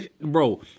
bro